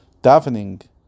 davening